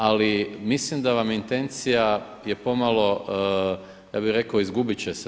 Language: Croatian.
Ali mislim da vam je intencija, je pomalo, ja bih rekao izgubiti će se.